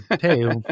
hey